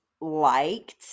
liked